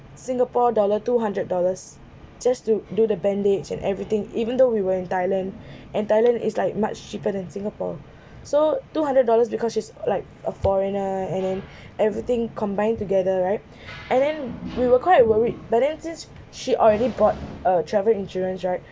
singapore dollar two hundred dollars just to do the bandage and everything even though we were in thailand and thailand is like much cheaper than singapore so two hundred dollars because she is like a foreigner and then everything combined together right and then we were quite worried but then since she already bought a travel insurance right